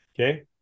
Okay